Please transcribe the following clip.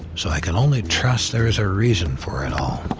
so i can only trust there is a reason for it all.